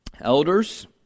elders